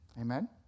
Amen